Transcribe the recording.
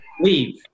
leave